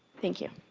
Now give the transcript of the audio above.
thank you.